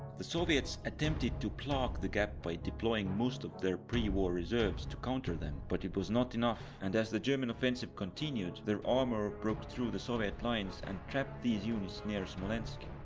the soviets attempted to plug the gap by deploying most of their pre-war reserves to counter them, but it was not enough and as the german offensive continued, their armour broke through the soviet lines and trapped these units near smolensk.